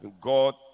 God